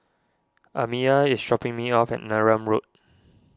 Amiya is dropping me off at Neram Road